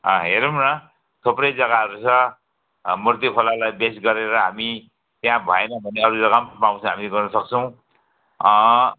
अँ हेरौँ न थुप्रै जग्गाहरू छ अँ मूर्ति खोलालाई बेस गरेर हामी त्याँ भएन भने अरू जग्गा पनि पाउँछ हामीले गर्न सक्छौँ अँ